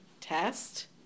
test